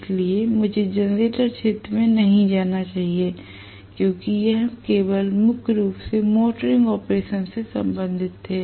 इसलिए मुझे जनरेटर क्षेत्र में नहीं जाने देना चाहिए क्योंकि हम केवल मुख्य रूप से मोटरिंग ऑपरेशन से संबंधित थे